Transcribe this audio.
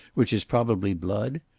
which is probably blood?